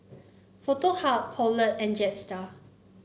Foto Hub Poulet and Jetstar